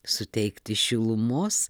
suteikti šilumos